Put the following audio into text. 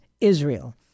Israel